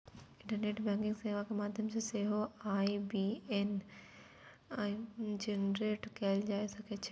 internet banking सेवा के माध्यम सं सेहो आई.बी.ए.एन जेनरेट कैल जा सकै छै